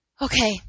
Okay